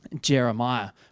Jeremiah